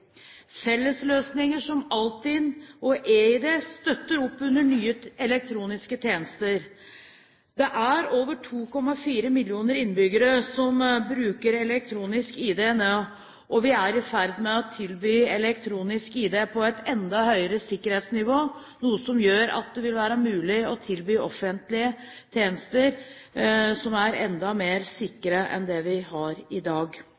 Fellesløsninger som Altinn og eID støtter opp under nye elektroniske tjenester. Det er over 2,4 millioner innbyggere som bruker elektronisk ID, og vi er i ferd med å tilby elektronisk ID på et enda høyere sikkerhetsnivå, noe som gjør at det vil være mulig å tilby offentlige tjenester som er enda mer sikre enn det vi har i dag.